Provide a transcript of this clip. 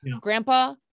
grandpa